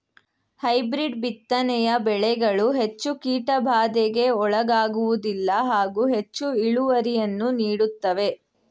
hybrid ಬಿತ್ತನೆಯ ಬೆಳೆಗಳು ಹೆಚ್ಚು ಕೀಟಬಾಧೆಗೆ ಒಳಗಾಗುವುದಿಲ್ಲ ಹಾಗೂ ಹೆಚ್ಚು ಇಳುವರಿಯನ್ನು ನೀಡುತ್ತವೆ